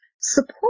support